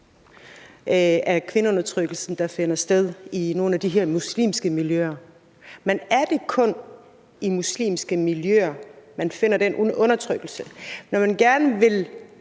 den kvindeundertrykkelse, der finder sted i nogle af de her muslimske miljøer. Men er det kun i muslimske miljøer, man finder den undertrykkelse? Når man gerne vil